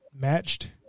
matched